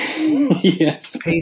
Yes